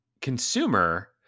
consumer